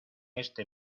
este